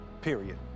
period